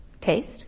Taste